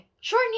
sure